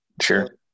Sure